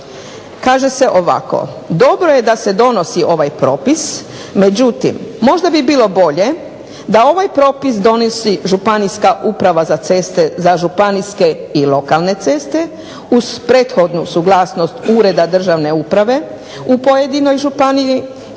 kaže se ovako dobro je da se donosi ovaj propis, međutim možda bi bilo bolje da ovaj propis donosi županijska uprava za ceste, za županijske i lokalne ceste, uz prethodnu suglasnost ureda državne uprave u pojedinoj županiji